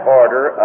order